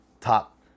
top